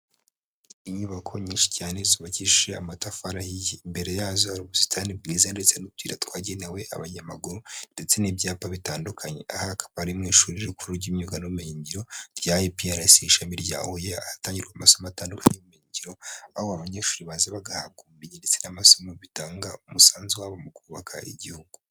Inyubako nyinshi cyane zubakishije amatafari ahiye. Imbere yazo hari ubusitani bwiza ndetse n'utuyira twagenewe abanyamaguru, ndetse n'ibyapa bitandukanye. Aha hakaba ari mu ishuri rikuru ry'imyuga n'ubumenyi ngiro rya IPRC ishami rya Huye, ahatangirwa amasomo atandukanye y'ubumenyi ngiro, aho abanyeshuri baza bagahabwa ubumenyi ndetse n'amasomo, bitanga umusanzu wabo mu kubaka igihugu.